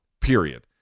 period